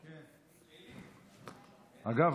אגב,